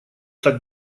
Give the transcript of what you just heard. так